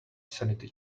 sanity